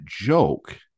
joke